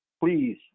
please